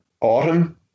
autumn